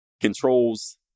controls